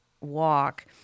walk